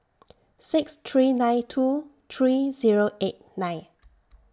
six three nine two three Zero eight nine